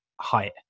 height